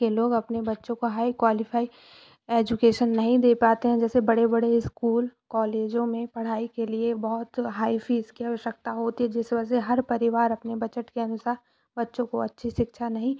के लोग अपने बच्चों को हाई क्वालिफाइ एजुकेशन नहीं दे पाते हैं जैसे बड़े बड़े स्कूल कॉलेजों में पढ़ाई के लिए बहुत हाई फ़ीस की अवश्यकता होती है जिस वजह हर परिवार अपने बजट के अनुसार बच्चों को अच्छी शिक्षा नहीं